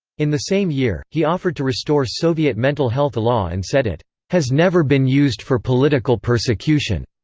in the same year, he offered to restore soviet mental health law and said it has never been used for political persecution.